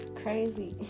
crazy